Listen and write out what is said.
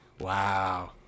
Wow